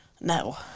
No